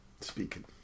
speaking